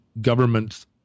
government's